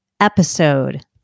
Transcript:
episode